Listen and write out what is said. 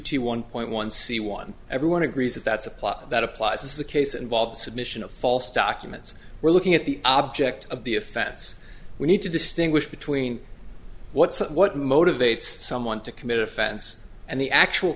to one point one c one everyone agrees that that's a plot that applies as the case involves submission of false documents we're looking at the object of the offense we need to distinguish between what's what motivates someone to commit offense and the actual